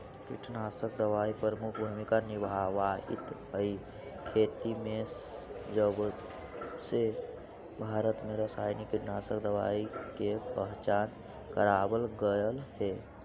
कीटनाशक दवाई प्रमुख भूमिका निभावाईत हई खेती में जबसे भारत में रसायनिक कीटनाशक दवाई के पहचान करावल गयल हे